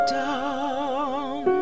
down